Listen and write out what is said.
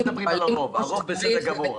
יעל, אנחנו לא מדברים על הרוב, הרוב בסדר גמור.